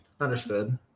Understood